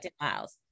miles